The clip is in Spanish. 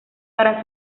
para